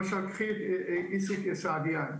למשל קחי כדוגמה את איציק סעידיאן,